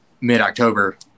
mid-October